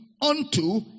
unto